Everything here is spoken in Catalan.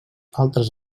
altres